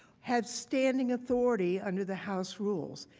have standard authority under the house rules,